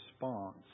response